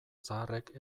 zaharrek